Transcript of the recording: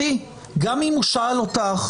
גם אם הוא שאל אותך,